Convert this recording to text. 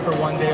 one day